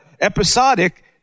episodic